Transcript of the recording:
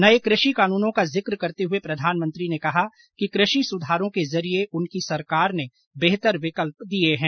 नए कृषि कानूनों का जिक करते हुए प्रधानमंत्री ने कहा कि कृषि सुधारों के जरिये उनकी सरकार ने बेहतर विकल्प दिए हैं